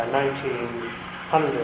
1900